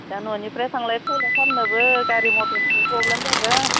दा न'निफ्राय थांलाय फैलाय खालामनोबो गारि मटरनिबो प्रब्लेम जागोन